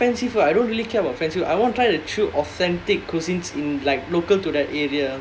ya like not even like not even fancy food I don't really care about fancy food I want to try the true authentic cuisines in like local to that area